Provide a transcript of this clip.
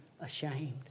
ashamed